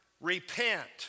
repent